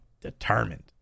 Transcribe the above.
determined